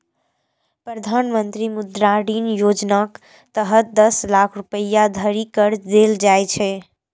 प्रधानमंत्री मुद्रा ऋण योजनाक तहत दस लाख रुपैया धरि कर्ज देल जाइ छै